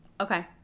Okay